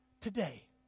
today